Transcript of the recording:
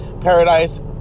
Paradise